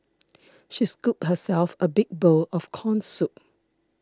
she scooped herself a big bowl of Corn Soup